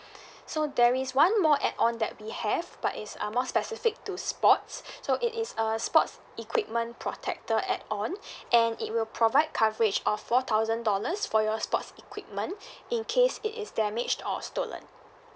so there is one more add on that we have but is uh more specific to sports so it is uh sports equipment protector add on and it will provide coverage of four thousand dollars for your sports equipment in case it is damaged or stolen